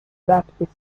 baptist